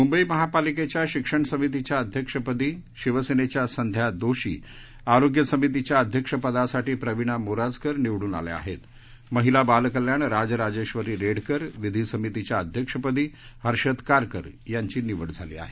मुंबई महापालिकेच्या शिक्षण समितीच्या अध्यक्षपदी शिवसेनेच्या संध्या दोशी आरोग्य समितीच्या अध्यक्षपदासाठी प्रविणा मोराजकर निवडून आल्या आहेत महिला बालकल्याण राजराजेश्वरी रेडकर विधी समितीच्या अध्यक्षपदी हर्षद कारकर यांची निवड झाली आहे